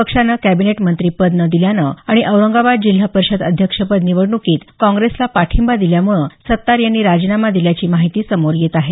पक्षानं कॅबिनेटमंत्रीपद न दिल्यानं आणि औरंगाबाद जिल्हा परिषद अध्यक्षपद निवडणुकीत कांग्रेसला पाठिंबा दिल्यामुळं सत्तार यांनी राजीनामा दिल्याची माहिती समोर येत आहे